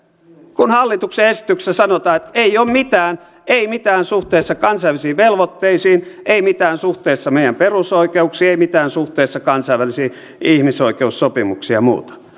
kun hallituksen esityksessä sanotaan että ei ole mitään ei mitään suhteessa kansainvälisiin velvoitteisiin ei mitään suhteessa meidän perusoikeuksiin ei mitään suhteessa kansainvälisiin ihmisoikeussopimuksiin ja muuta